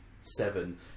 seven